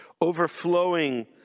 overflowing